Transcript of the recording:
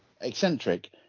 eccentric